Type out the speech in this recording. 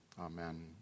Amen